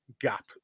gap